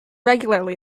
regularly